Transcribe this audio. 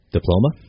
Diploma